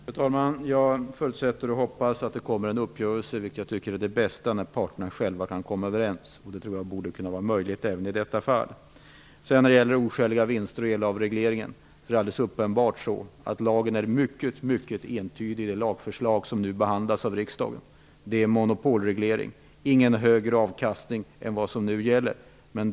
Fru talman! Jag förutsätter och hoppas att det blir en uppgörelse. Jag tycker att det bästa är när parterna själva kan komma överens. Det borde vara möjligt även i detta fall. Vidare var det frågan om oskäliga vinster och elavreglering. Det lagförslag som behandlas av riksdagen är mycket entydigt, dvs. det är fråga om monopolreglering och ingen högre avkastning än vad som nu gäller.